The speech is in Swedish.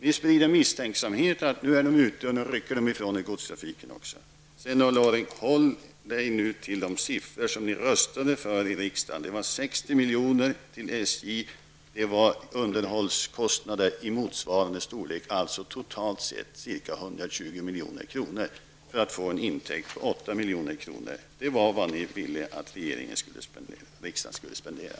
Ni sprider misstänksamhet och säger: Nu rycker de också ifrån er godstrafiken. Ulla Orring bör hålla sig till de summor folkpartiet liberalerna röstade för i riksdagen. Det var fråga om 60 milj.kr. till SJ och ett anslag till underhållskostnader av motsvarande storlek, dvs. totalt sett ca 120 milj.kr. för att få en intäkt på 8 milj.kr. Det var vad ni ville att regeringen och riksdagen skulle spendera.